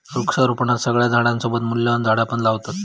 वृक्षारोपणात सगळ्या झाडांसोबत मूल्यवान झाडा पण लावतत